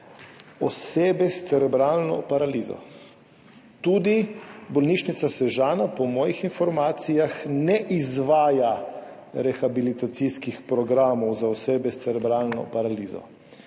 osebe s cerebralno paralizo. Bolnišnica Sežana po mojih informacijah tudi ne izvaja rehabilitacijskih programov za osebe s cerebralno paralizo.